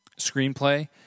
screenplay